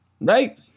right